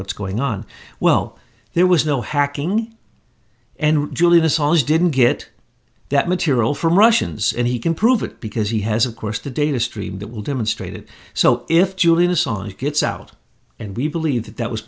what's going on well there was no hacking and julius always didn't get that material from russians and he can prove it because he has of course the data stream that will demonstrate it so if julius on it gets out and we believe that that was